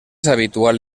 habitual